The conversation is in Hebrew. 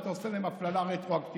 אתה עושה להם הפללה רטרואקטיבית.